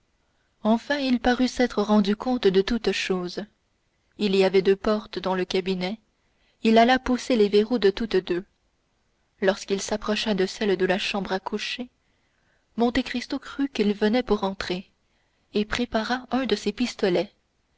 enfin il parut s'être rendu compte de toutes choses il y avait deux portes dans le cabinet il alla pousser les verrous de toutes deux lorsqu'il s'approcha de celle de la chambre à coucher monte cristo crut qu'il venait pour entrer et prépara un de ses pistolets